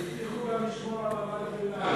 הם הבטיחו גם לשמור על מעמד הביניים.